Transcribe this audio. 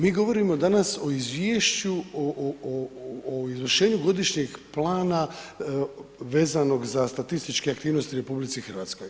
Mi govorimo danas o Izvješću o izvršenju Godišnjeg plana veznog za statističke aktivnosti u RH.